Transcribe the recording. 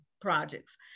projects